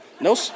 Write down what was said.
No